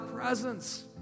presence